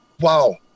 Wow